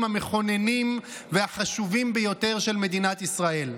המכוננים והחשובים ביותר של מדינת ישראל.